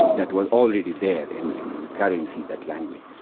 that was already there, in in currency, that language.